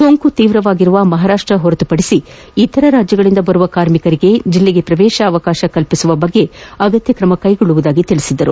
ಸೋಂಕು ತೀವ್ರವಾಗಿರುವ ಮಹಾರಾಷ್ಷ ಹೊರತುಪಡಿಸಿ ಇತರ ರಾಜ್ಯಗಳಿಂದ ಬರುವ ಕಾರ್ಮಿಕರಿಗೆ ಜಿಲ್ಲೆಗೆ ಪ್ರವೇಶಾವಕಾಶ ಕಲ್ಪಿಸುವ ಕುರಿತು ಅಗತ್ಯ ಕ್ರಮ ಕೈಗೊಳ್ಳುವುದಾಗಿ ತಿಳಿಸಿದರು